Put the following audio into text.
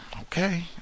okay